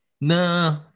Nah